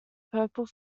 purple